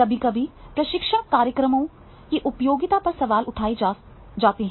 कभी कभी प्रशिक्षण कार्यक्रमों की उपयोगिता पर सवाल उठाए जाते हैं